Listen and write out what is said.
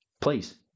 please